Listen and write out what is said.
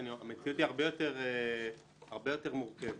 הרבה יותר מורכבת.